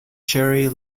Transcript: cherry